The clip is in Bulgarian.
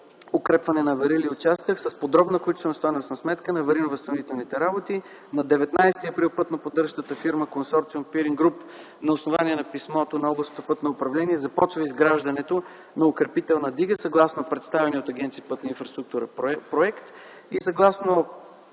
укрепване на авариралия участък с подробна количествено-стойностна сметка на аварийно-възстановителните работи. На 19 април пътноподдържащата фирма Консорциум „Пирингруп” на основание на писмото на Областно пътно управление започва изграждането на укрепителна дига, съгласно представения от Агенция „Пътна инфраструктура” проект и съгласно